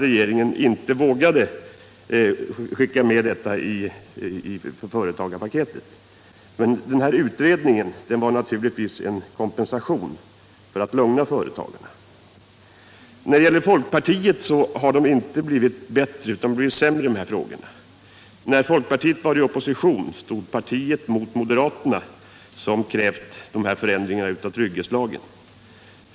Regeringen vågade inte skicka med detta i företagarpaketet. Men utredningen var naturligtvis en kompensation för att lugna företagarna. Folkpartiet har inte blivit bättre utan sämre i dessa frågor. När folkpartiet var i opposition stod partiet mot moderaterna som krävt förändringar av trygghetslagen.